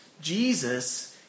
Jesus